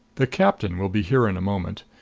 the captain will be here in a moment.